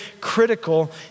critical